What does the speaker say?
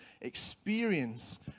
experience